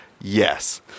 Yes